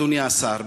אדוני השר,